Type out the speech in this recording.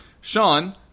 Sean